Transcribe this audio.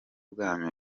bwanyu